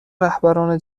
رهبران